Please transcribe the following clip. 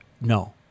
No